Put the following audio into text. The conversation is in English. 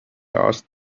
asked